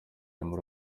aho